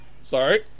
Sorry